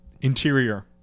interior